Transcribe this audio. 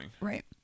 Right